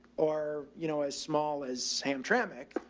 or you know, as small as hamtramck,